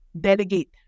delegate